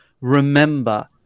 remember